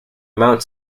mount